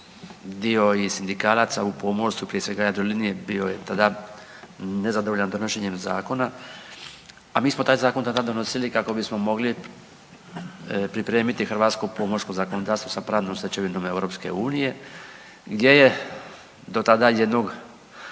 dio i sindikalaca u pomorstvu prije svega Jadrolinije bio je tada nezadovoljan donošenjem zakona, a mi smo taj zakon tada donosili kako bismo mogli pripremiti hrvatsko pomorsko zakonodavstvo sa pravnom stečevinom EU gdje je do tada jednog